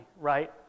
right